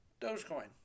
Dogecoin